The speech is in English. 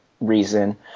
reason